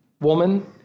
woman